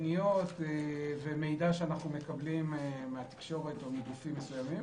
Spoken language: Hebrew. פניות ומידע שאנחנו מקבלים מהתקשורת ומגופים מסוימים.